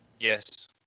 Yes